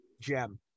gem